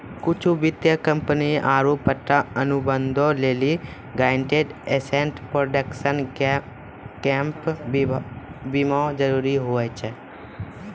कुछु वित्तीय कंपनी आरु पट्टा अनुबंधो लेली गारंटीड एसेट प्रोटेक्शन गैप बीमा जरुरी होय छै